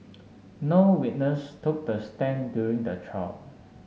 no witness took the stand during the trial